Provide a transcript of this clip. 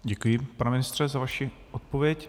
Děkuji, pane ministře, za vaši odpověď.